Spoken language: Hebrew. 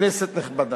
כנסת נכבדה,